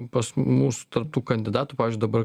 pas mus tarp tų kandidatų pavyzdžiui dabar